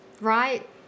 right